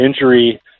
injury